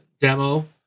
demo